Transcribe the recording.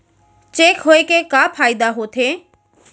Cheque होए के का फाइदा होथे?